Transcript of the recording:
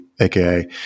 AKA